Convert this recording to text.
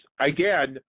again